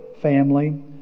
family